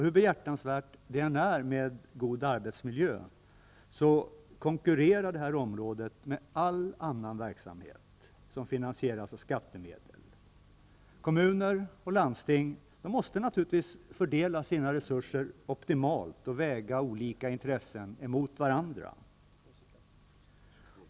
Hur behjärtansvärt det än är att det finns en god arbetsmiljö konkurrerar det här området med all annan verksamhet som finansieras genom skattemedel. Kommuner och landsting måste naturligtvis fördela sina resurser optimalt och väga olika intressen mot varandra.